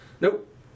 Nope